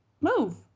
move